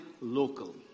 local